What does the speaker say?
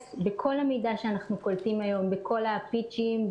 בכל המידע שאנחנו קולטים היום בכל הפיצ'ים,